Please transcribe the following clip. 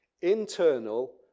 Internal